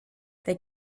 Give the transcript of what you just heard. they